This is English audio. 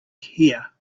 here